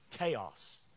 chaos